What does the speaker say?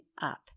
up